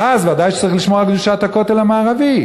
ואז בוודאי שצריך לשמור על קדושת הכותל המערבי.